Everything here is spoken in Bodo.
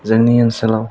जोंनि ओनसोलाव